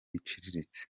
biciriritse